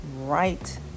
right